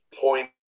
point